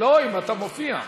אפשר לבקש?